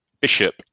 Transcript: Bishop